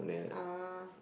ah